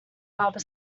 harbor